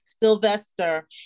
Sylvester